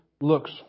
looks